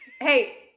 Hey